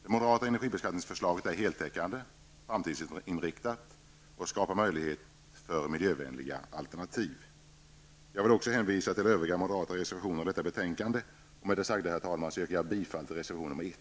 Det moderata energibeskattningsprogrammet är heltäckande, framtidsinriktat och skapar möjlighet för miljövänliga alternativ. Jag vill också hänvisa till övriga moderata reservationer till detta betänkande. Med det sagda, herr talman, yrkar jag bifall till reservation 1.